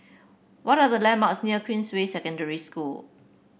what are the landmarks near Queensway Secondary School